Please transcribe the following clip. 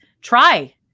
Try